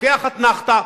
לוקח אתנחתא,